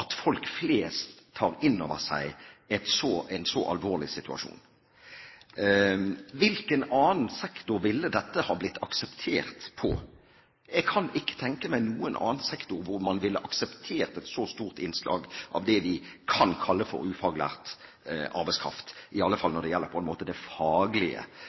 at folk flest tar inn over seg en så alvorlig situasjon. I hvilken annen sektor ville dette ha blitt akseptert? Jeg kan ikke tenke meg noen annen sektor hvor man ville ha akseptert et så stort innslag av det vi kan kalle for ufaglært arbeidskraft, i alle fall når det gjelder det faglige